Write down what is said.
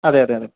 അതെ അതെ അതെ